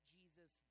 Jesus